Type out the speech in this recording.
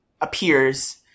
appears